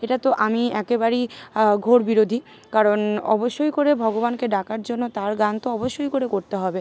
এটা তো আমি একেবারেই ঘোর বিরোধী কারণ অবশ্যই করে ভগবানকে ডাকার জন্য তার গান তো অবশ্যই করে করতে হবে